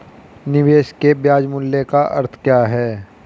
निवेश के ब्याज मूल्य का अर्थ क्या है?